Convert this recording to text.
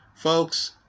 Folks